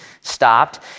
stopped